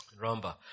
Remember